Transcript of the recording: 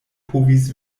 povis